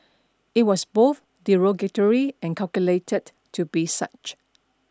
it was both derogatory and calculated to be such